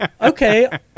okay